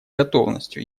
готовностью